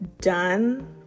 done